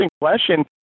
question